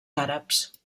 àrabs